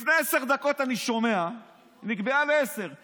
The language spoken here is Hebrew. לפני עשר דקות אני שומע שהיא החליטה